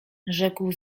rzekł